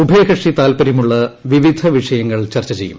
ഉഭയകക്ഷി താൽപര്യമുള്ള വിവിധ വിഷയങ്ങൾ ചർച്ച ചെയ്യും